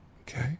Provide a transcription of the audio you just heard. okay